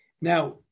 Now